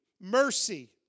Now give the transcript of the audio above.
Mercy